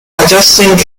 adjusting